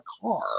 car